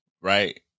Right